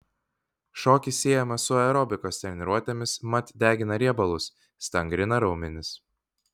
šokis siejamas su aerobikos treniruotėmis mat degina riebalus stangrina raumenis